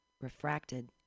refracted